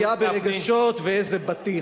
איזה פגיעה ברגשות ואיזה בטיח.